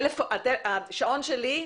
השעון שלי,